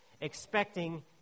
expecting